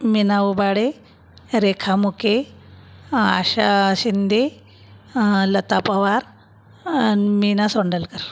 Meena Ubade Rekha Muke Asha Shinde Lata Pawar Meena Sondalkar